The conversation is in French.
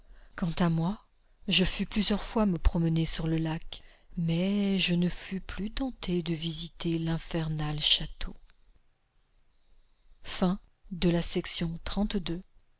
quant à moi je fus plusieurs fois me promener sur le lac mais je ne fus plus tenté de visiter l'infernal château